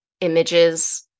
images